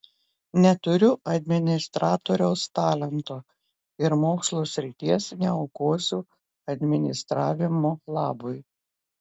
neturiu administratoriaus talento ir mokslo srities neaukosiu administravimo labui